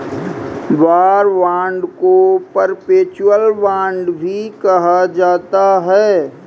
war bond को perpetual bond भी कहा जाता है